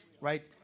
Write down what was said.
right